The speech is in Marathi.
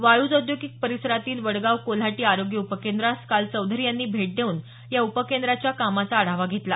वाळूज औद्योगिक परिसरातील वडगाव कोल्हाटी आरोग्य उपकेंद्रास काल चौधरी यांनी भेट देऊन या उपकेंद्राच्या कामाचा आढावा घेतला